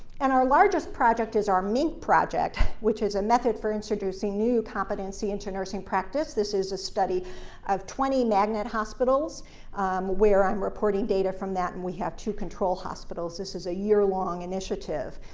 and our largest project is our minc project, which is a method for introducing new competency into nursing practice. this is a study of twenty magnet hospitals where i'm reporting data from that, and we have two control hospitals. this is a yearlong initiative.